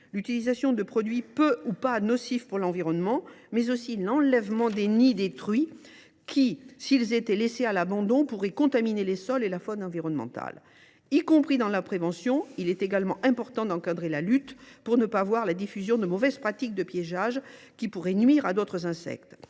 l’utilisation de produits peu ou pas nocifs pour l’environnement, mais aussi l’enlèvement des nids détruits, qui, s’ils étaient laissés à l’abandon, pourraient contaminer les sols et la faune environnante. La prévention doit également être encadrée, en particulier pour éviter la diffusion de mauvaises pratiques de piégeage qui pourraient nuire à d’autres insectes.